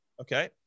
Okay